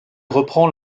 reprend